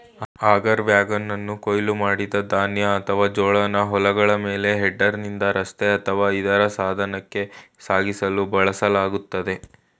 auger ವ್ಯಾಗನನ್ನು ಕೊಯ್ಲು ಮಾಡಿದ ಧಾನ್ಯ ಅಥವಾ ಜೋಳನ ಹೊಲಗಳ ಮೇಲೆ ಹೆಡರ್ನಿಂದ ರಸ್ತೆ ಅಥವಾ ಇತರ ಸಾಧನಕ್ಕೆ ಸಾಗಿಸಲು ಬಳಸಲಾಗ್ತದೆ